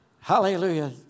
Hallelujah